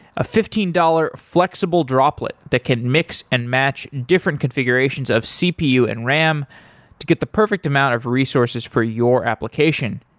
a fifteen dollars flexible droplet that can mix and match different configurations of cpu and ram to get the perfect amount of resources for your application.